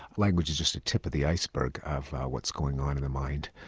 language is just a tip of the iceberg of what's going on in the mind.